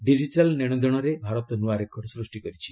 digital ନେଶଦେଶରେ ଭାରତ ନୂଆ record ସୃଷ୍ଟି କରିଛି